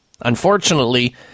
Unfortunately